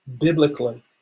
biblically